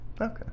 Okay